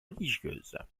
religieuses